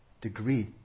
degree